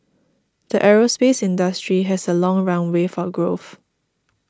the aerospace industry has a long runway for growth